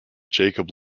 jacob